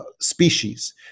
species